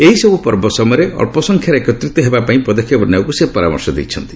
ଏହିସବୂ ପର୍ବ ସମୟରେ ଅଳ୍ପ ସଂଖ୍ୟାରେ ଏକତ୍ନିତ ହେବା ପାଇଁ ପଦକ୍ଷେପ ନେବାକୁ ସେ ପରାମର୍ଶ ଦେଇଛନ୍ତି